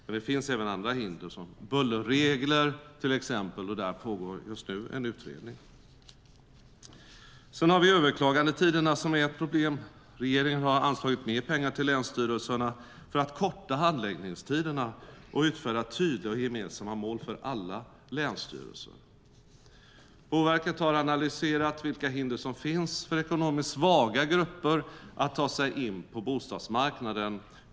Men det finns även andra hinder, som till exempel bullerregler. Där pågår just nu en utredning. Sedan har vi överklagandetiderna, som är ett problem. Regeringen har anslagit mer pengar till länsstyrelserna för att korta handläggningstiderna och utfärda tydliga och gemensamma mål för alla länsstyrelser. Boverket har analyserat vilka hinder som finns för ekonomiskt svaga grupper att ta sig in på bostadsmarknaden.